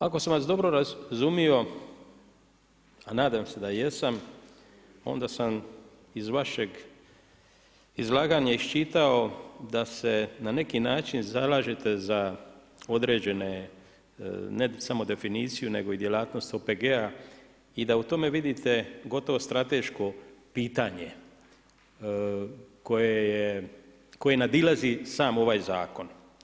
Ako sam vas dobro razumio a nadam se da jesam onda sam iz vašeg izlaganja iščitao da se na neki način zalažete za određene ne samo definiciju, nego i djelatnost OPG-a i da u tome vidite gotovo strateško pitanje koje nadilazi sam ovaj zakon.